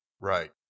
Right